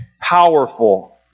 powerful